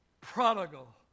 prodigal